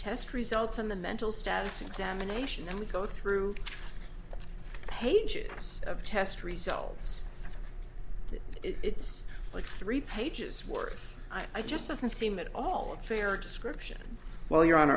test results on the mental status examination and we go through pages of test results it's like three pages worth i just doesn't seem at all fair description well your hon